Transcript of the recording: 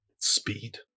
speed